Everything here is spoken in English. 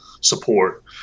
support